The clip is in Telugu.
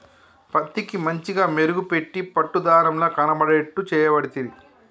పత్తికి మంచిగ మెరుగు పెట్టి పట్టు దారం ల కనబడేట్టు చేయబడితిరి